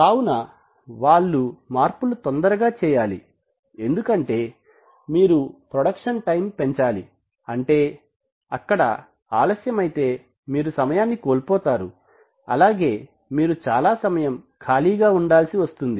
కావున వాళ్ళు మార్పులు తొందరగా చేయాలి ఎందుకంటే మీరు ప్రొడక్షన్ టైమ్ పెంచాలి అంటే అక్కడ ఆలస్యమైతే మీరు సమయాన్ని కోల్పోతారు అలాగే మీరు చాలా సమయం ఖాళీగా ఉండాల్సి వస్తుంది